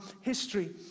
history